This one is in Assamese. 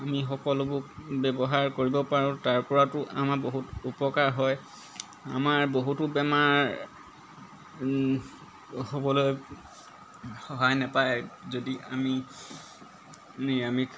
আমি সকলোবোৰ ব্যৱহাৰ কৰিব পাৰোঁ তাৰ পৰাতো আমাৰ বহুত উপকাৰ হয় আমাৰ বহুতো বেমাৰ হ'বলৈ সহায় নাপায় যদি আমি নিৰামিষ